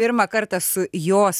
pirmą kartą su jos